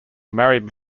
married